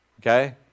okay